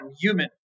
human